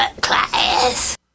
class